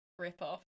ripoff